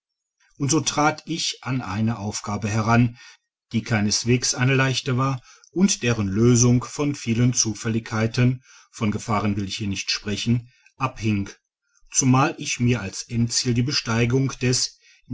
und so trat ich an eine aufgabe heran die keineswegs eine leichte war und deren lösung von vielen zufälligkeiten von gefahren will ich hier nicht sprechen abhing zumal ich mir als endziel die besteigung des